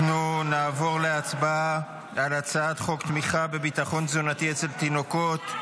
אנחנו נעבור להצבעה על הצעת חוק תמיכה בביטחון תזונתי אצל תינוקות,